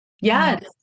Yes